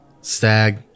stag